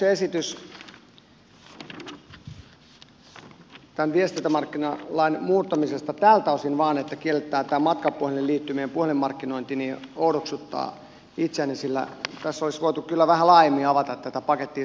hallituksen esitys tämän viestintämarkkinalain muuttamisesta tältä osin vain että kielletään tä mä matkapuhelinliittymien puhelinmarkkinointi oudoksuttaa itseäni sillä tässä olisi voitu kyllä vähän laajemmin avata tätä pakettia saman tien